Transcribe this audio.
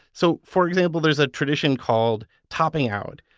so, for example, there's a tradition called topping out,